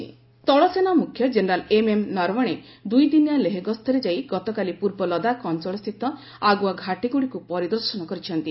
ନରୱଣେ ପରିଦର୍ଶନ ସ୍ଥଳସେନା ମୁଖ୍ୟ ଜେନେରାଲ ଏମ୍ଏମ୍ ନରଓଣେ ଦୁଇଦିନିଆ ଲେହ ଗସ୍ତରେ ଯାଇ ଗତକାଲି ପୂର୍ବ ଲଦାଖ ଅଞ୍ଚଳସ୍ଥିତ ଆଗୁଆ ଘାଟୀଗୁଡ଼ିକୁ ପରିଦର୍ଶନ କରିଛନ୍ତି